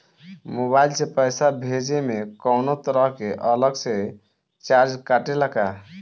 Mobile से पैसा भेजे मे कौनों तरह के अलग से चार्ज कटेला का?